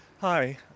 hi